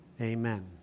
Amen